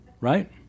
Right